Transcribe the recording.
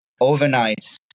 overnight